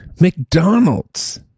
McDonald's